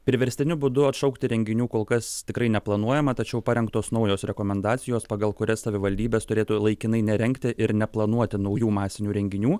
priverstiniu būdu atšaukti renginių kol kas tikrai neplanuojama tačiau parengtos naujos rekomendacijos pagal kurias savivaldybės turėtų laikinai nerengti ir neplanuoti naujų masinių renginių